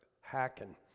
hacking